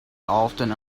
often